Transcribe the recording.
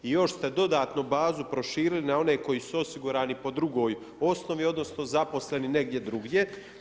I još ste dodatno bazu proširili na one koji su osigurani po drugoj osnovi, odnosno zaposleni negdje drugdje.